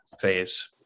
phase